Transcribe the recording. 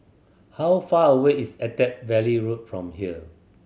how far away is Attap Valley Road from here